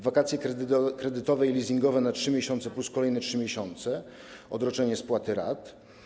Wakacje kredytowe i leasingowe na 3 miesiące plus kolejne 3 miesiące odroczenie spłaty rat.